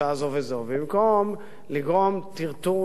במקום לגרום טרטור נוראי לאזרחים.